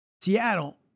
Seattle